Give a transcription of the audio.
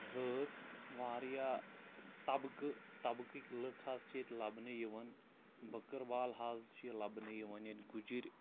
زٲژ واریاہ تَبقہٕ تَبقٕکۍ لٕکھ حظ چھِ ییٚتہِ لَبنہٕ یِوان بٔکٕروال حظ چھِ لَبنہٕ یِوان ییٚتہِ گُجِرۍ